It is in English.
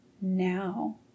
now